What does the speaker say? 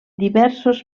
diversos